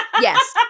Yes